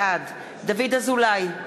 בעד דוד אזולאי,